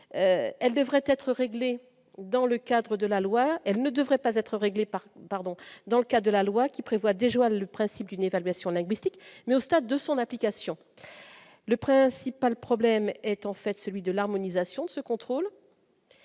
elle ne devrait pas être réglé par pardon, dans le cas de la loi qui prévoit des le principe d'une évaluation linguistique mais au stade de son application, le principal problème est en fait celui de l'harmonisation de ce contrôle,